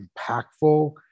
impactful